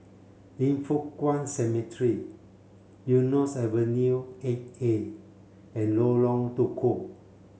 Yin Foh Kuan Cemetery Eunos Avenue eight A and Lorong Tukol